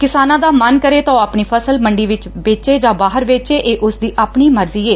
ਕਿਸਾਨ ਦਾ ਮਨ ਕਰੇ ਤਾਂ ਉਹ ਆਪਣੀ ਫਸਲ ਮੰਡੀ ਵਿਚ ਵੇਚੇ ਜਾ ਬਾਹਰ ਵੇਚੇ ਇਹ ਉਸਦੀ ਆਪਣੀ ਮਰਜ਼ੀ ਏ